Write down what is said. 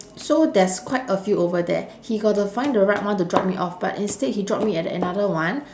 so there's quite a few over there he got to find the right one to drop me off but instead he drop me at another one